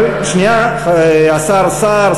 השר סער,